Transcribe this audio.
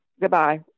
Goodbye